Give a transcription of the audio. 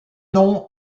noms